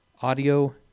audio